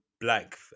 black